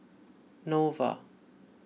Nova